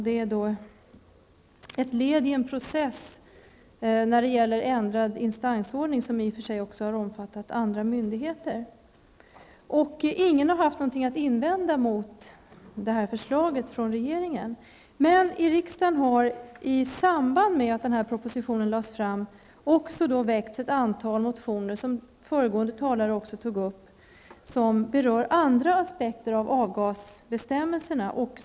Det är då ett led i en process när det gäller ändrad distansordning, en process som i och för sig har omfattat också andra myndigheter. Ingen har haft något att invända mot detta förslag från regeringen. I samband med att denna proposition lades fram i riksdagen väcktes ett antal motioner, som även föregående talare berörde och som tar upp andra aspekter på avgasbestämmelserna.